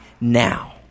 now